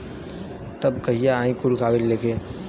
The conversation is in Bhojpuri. तब कहिया आई कुल कागज़ लेके?